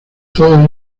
todos